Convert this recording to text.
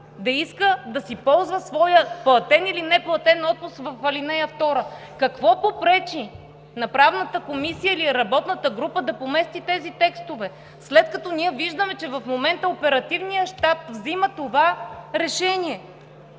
да иска да си ползва своя платен или неплатен отпуск в ал. 2. Какво попречи на Правната комисия или работната група да помести тези текстове, след като ние виждаме, че в момента Оперативният щаб взима това решение?